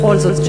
בכל זאת,